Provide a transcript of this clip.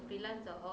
mm